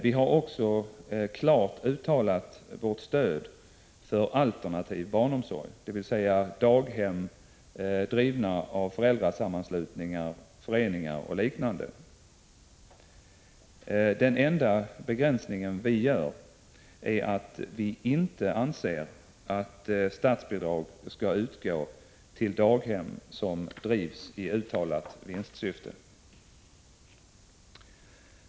Vi har också klart uttalat vårt stöd för alternativ barnomsorg, dvs. daghem drivna av föräldrasammanslutningar, föreningar och liknande. Den enda begränsningen vi gör är att vi inte anser att statsbidrag skall utgå till daghem som drivs i uttalat vinstsyfte.